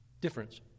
Difference